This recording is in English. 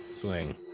swing